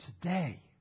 today